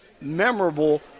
memorable